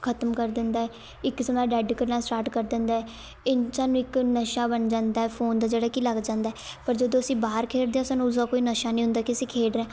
ਖ਼ਤਮ ਕਰ ਦਿੰਦਾ ਇੱਕ ਕਿਸਮ ਨਾਲ ਡੈਡ ਕਰਨਾ ਸਟਾਰਟ ਕਰ ਦਿੰਦਾ ਇਹ ਸਾਨੂੰ ਇੱਕ ਨਸ਼ਾ ਬਣ ਜਾਂਦਾ ਫ਼ੋਨ ਦਾ ਜਿਹੜਾ ਕਿ ਲੱਗ ਜਾਂਦਾ ਪਰ ਜਦੋਂ ਅਸੀਂ ਬਾਹਰ ਖੇਡਦੇ ਹਾਂ ਸਾਨੂੰ ਉਸਦਾ ਕੋਈ ਨਸ਼ਾ ਨਹੀਂ ਹੁੰਦਾ ਕਿ ਅਸੀਂ ਖੇਡ ਰਹੇ